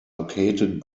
located